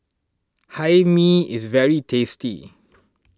Hae Mee is very tasty